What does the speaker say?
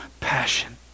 passion